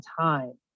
time